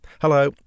Hello